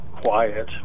quiet